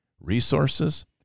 Resources